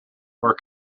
where